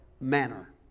manner